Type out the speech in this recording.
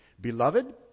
Beloved